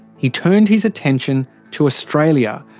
he turned his attention to australia,